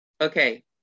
Okay